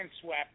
swept